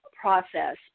process